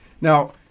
Now